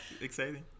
Exciting